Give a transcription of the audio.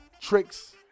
tricks